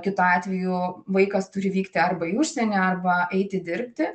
kitu atveju vaikas turi vykti arba į užsienį arba eiti dirbti